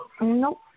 Nope